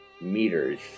meters